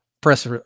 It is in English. press